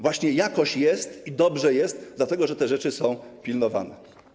Właśnie jakoś jest i dobrze jest, dlatego że te rzeczy są pilnowane.